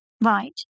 Right